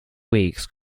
weeks